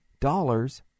dollars